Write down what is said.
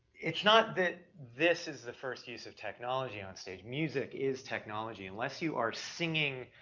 it's not that this is the first use of technology onstage. music is technology, unless you are singing